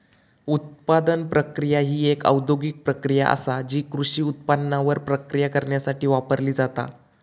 उत्पादन प्रक्रिया ही एक औद्योगिक प्रक्रिया आसा जी कृषी उत्पादनांवर प्रक्रिया करण्यासाठी वापरली जाता